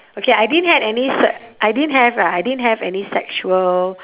okay I didn't had any sex~ I didn't have ah I didn't have any sexual